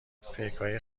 فکرهای